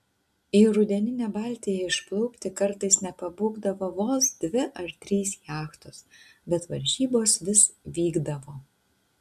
į rudeninę baltiją išplaukti kartais nepabūgdavo vos dvi ar trys jachtos bet varžybos vis vykdavo